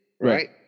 right